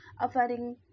Offering